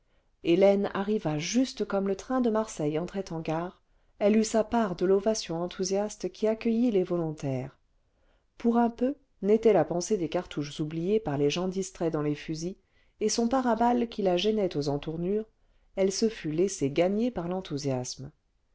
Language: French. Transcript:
musiqueshélène arriva juste comme le train de marseille entrait en gare elle eut sa part de l'ovation enthousiaste qui accueillit ies volontaires pour un peu n'était la pensée des cartouches oubliées par les geus distraits dans les fusils et son paraballe qui la gênait aux entournures elle se fût laissé gagner par l'enthousiasme